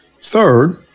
Third